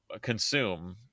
consume